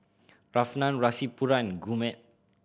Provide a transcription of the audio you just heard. Ramnath Rasipuram and Gurmeet